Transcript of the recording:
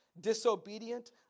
disobedient